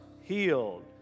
healed